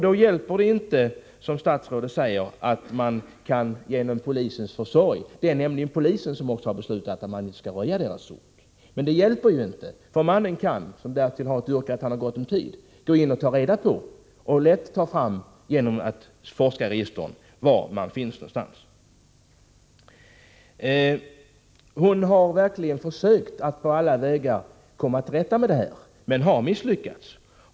Då hjälper det inte, som statsrådet säger, att det vidtas åtgärder genom polisens försorg. Det är nämligen polisen som har beslutat att deras adress inte skall röjas. Det hjälper inte, för mannen — som därtill har ett yrke som gör att han har gott om tid— kan genom att forska i registren lätt få fram var de finns någonstans. Hon har verkligen försökt på alla vägar att komma till rätta med detta problem men har misslyckats.